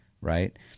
right